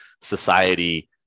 society